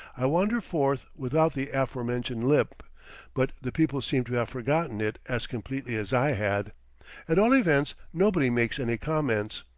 i wander forth without the aforementioned limp but the people seem to have forgotten it as completely as i had at all events, nobody makes any comments.